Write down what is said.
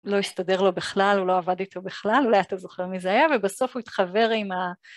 לא הסתדר לו בכלל הוא לא עבד איתו בכלל אולי אתה זוכר מי זה היה ובסוף הוא התחבר עם